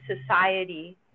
society